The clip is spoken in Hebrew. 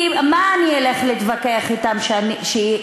כי מה אני אלך להתווכח אתם שאני,